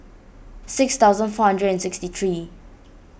six thousand four hundred and sixty three